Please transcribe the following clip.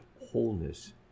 wholeness